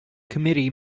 committee